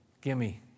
Gimme